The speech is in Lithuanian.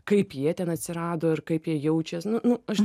kaip jie ten atsirado ir kaip jie jaučias nu nu aš